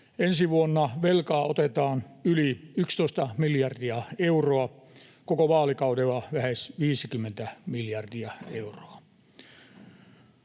Ensi vuonna velkaa otetaan yli 11 miljardia euroa, koko vaalikaudella lähes 50 miljardia euroa.